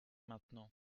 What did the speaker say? maintenant